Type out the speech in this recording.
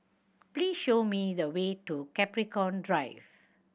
please show me the way to Capricorn Drive